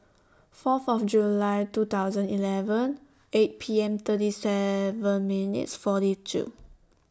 four of July two thousand eleven eight P M thirty seven minutes forty two